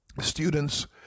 students